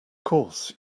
course